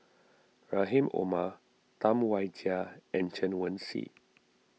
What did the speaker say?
Rahim Omar Tam Wai Jia and Chen Wen Hsi